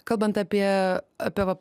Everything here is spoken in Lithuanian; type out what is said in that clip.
kalbant apie apie